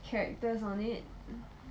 characters on it